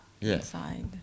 inside